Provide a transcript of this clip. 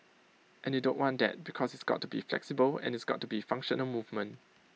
and you don't want that because it's got to be flexible and it's got to be functional movement